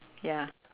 ya